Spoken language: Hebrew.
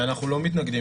אנחנו לא מתנגדים,